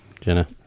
jenna